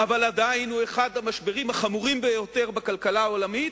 אבל עדיין הוא אחד המשברים החמורים ביותר בכלכלה העולמית,